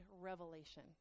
revelation